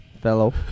fellow